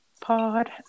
Pod